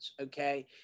okay